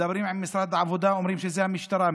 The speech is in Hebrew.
מדברים עם משרד העבודה ואומרים שזה המשטרה,